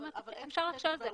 אפשר לחשוב על זה.